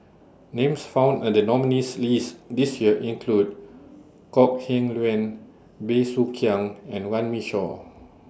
Names found in The nominees' list This Year include Kok Heng Leun Bey Soo Khiang and Runme Shaw